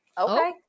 okay